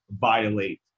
violate